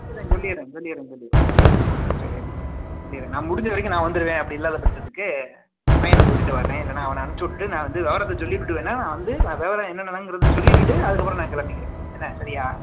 சொல்லிடுறேன் சொல்லிடுறேன் சொல்லிடுறேன் ஆ சொல்லிடுறேன் சொல்லிடுறேன் நான் முடிந்த வரைக்கும் நான் வந்துருவேன் அப்படி இல்லாத பட்சதுக்கு பையனை கூட்டிகிட்டு வரேன் இல்லேன்னா அவனை அனுப்பிச்சுவுட்டுட்டு நான் வந்து விவரத்த சொல்லிப்புட்டு வேணால் நான் வந்து வெ விவரம் என்னென்னலாங்கிறதை சொல்லிட்டுவிட்டு அதுக்கப்புறம் நான் கிளம்பிக்கிறேன் என்ன சரியா